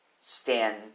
stand